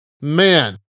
Man